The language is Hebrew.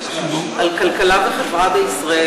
על כלכלה וחברה בישראל.